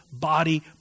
body